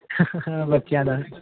ਬੱਚਿਆਂ ਦਾ